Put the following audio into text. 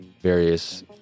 various